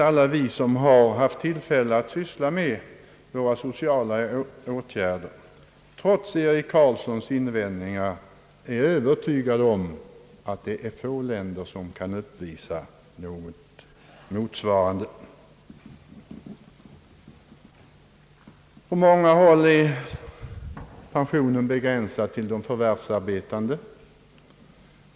Alla vi som har haft tillfälle att syssla med våra sociala åtgärder är nog — trots herr Eric Carlssons invändningar — övertygade om att det finns få länder som kan uppvisa något motsvarande. På många håll är pensionen begränsad till de = förvärvsarbetande.